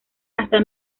hasta